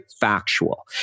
factual